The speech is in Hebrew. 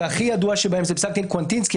והכי ידוע שבהם זה פסק דין קוונטינסקי,